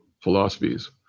philosophies